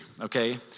okay